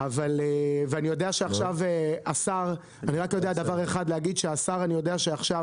אני רק יודע להגיד דבר אחד: אני יודע שהשר,